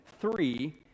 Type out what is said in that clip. three